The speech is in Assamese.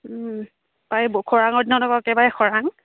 পাৰ খৰাঙৰ দিনত আকৌ একেবাৰে খৰাং